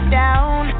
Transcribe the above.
down